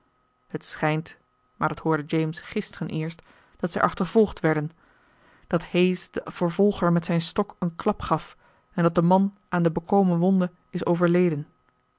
het schijnt maar dat hoorde james gisteren eerst dat zij achtervolgd werden dat hayes den vervolger met zijn stok een klap gaf en dat de man aan de bekomen wonde is overleden